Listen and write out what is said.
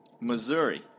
Missouri